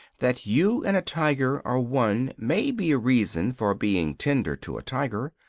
that you and a tiger are one may be a reason for being tender to a tiger.